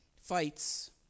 fights